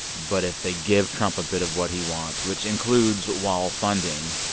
but if they give trump a bit of what he wants, which includes wall funding,